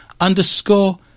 underscore